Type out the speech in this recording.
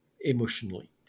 emotionally